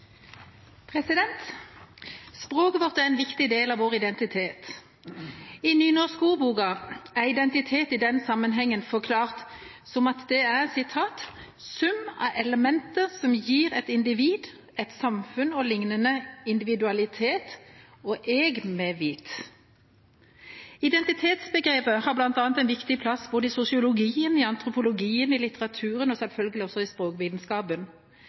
en viktig del av vår identitet. I Nynorskordboka er identitet i denne sammenhengen forklart som at det er «sum av element som gjev eit individ, eit samfunn o l individualitet; «eg-medvit»». Identitetsbegrepet har bl.a. en viktig plass både i sosiologien, i antropologien, i litteraturen og selvfølgelig også i språkvitenskapen.